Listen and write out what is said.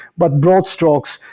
but broad strokes,